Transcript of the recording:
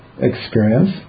experience